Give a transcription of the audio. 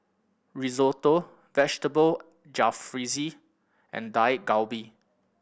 Risotto Vegetable Jalfrezi and Dak Galbi